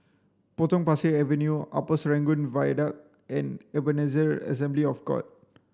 Potong Pasir Avenue Upper Serangoon Viaduct and Ebenezer Assembly of God